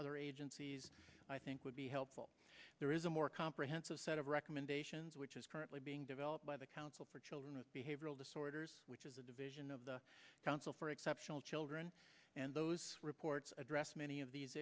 other agencies i think would be helpful there is a more comprehensive set of recommendations which is currently being developed by the council for children with behavioral disorders which is a division of the council for exceptional children and those reports addressed many of these